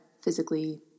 physically